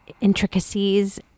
intricacies